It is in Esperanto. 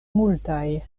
multaj